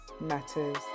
matters